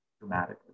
dramatically